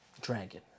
dragon